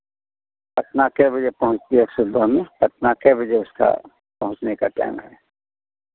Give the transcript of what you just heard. पटना कै बजे पहुंचती है सुबह में पटना कै बजे उसका पहुंचने का टाइम है